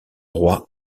roi